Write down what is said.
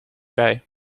bij